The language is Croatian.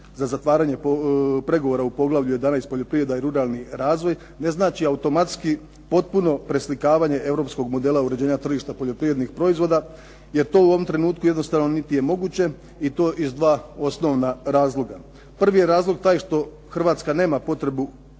za zatvaranje pregovora u poglavlju 11 – Poljoprivreda i ruralni razvoj ne znači automatski potpuno preslikavanje europskog modela uređenja tržišta poljoprivrednih proizvoda jer to u ovom trenutku jednostavno niti je moguće i to iz dva osnovna razloga. Prvi je razlog taj što Hrvatska nema potrebu